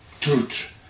truth